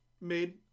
made